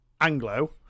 Anglo